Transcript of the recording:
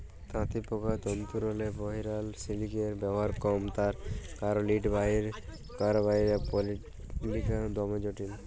তাঁতিপকার তল্তুরলে বহিরাল সিলিকের ব্যাভার কম তার কারল ইট বাইর ক্যইরবার পলালিটা দমে জটিল